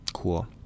cool